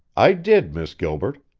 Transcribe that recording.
i did, miss gilbert!